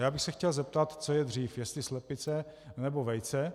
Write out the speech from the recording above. A já bych se chtěl zeptat, co je dříve, jestli slepice, nebo vejce.